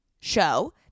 show